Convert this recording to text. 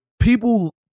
people